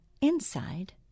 inside